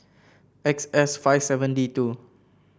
X S five seven D two